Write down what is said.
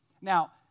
Now